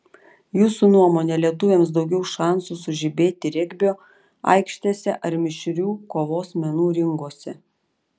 jūsų nuomone lietuviams daugiau šansų sužibėti regbio aikštėse ar mišrių kovos menų ringuose